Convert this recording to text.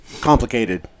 complicated